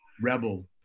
rebel